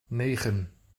negen